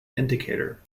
indicator